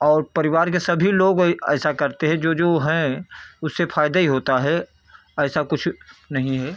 और परिवार के सभी लोग ऐसा करते है जो जो है उसे फ़ायदा ही होता है ऐसा कुछ नही है